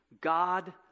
God